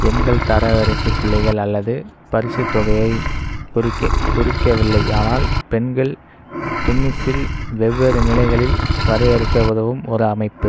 எண்கள் தரவரிசை புள்ளிகள் அல்லது பரிசுத் தொகையைக் குறிக்க குறிக்கவில்லை ஆனால் பெண்கள் டென்னிஸில் வெவ்வேறு நிலைகளில் வரையறுக்க உதவும் ஒரு அமைப்பு